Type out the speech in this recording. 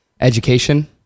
Education